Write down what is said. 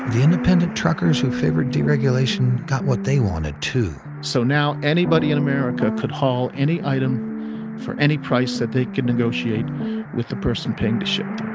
independent truckers who favored deregulation got what they wanted, too. so now anybody in america could haul any item for any price that they could negotiate with the person paying to ship